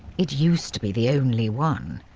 it used to be the only one.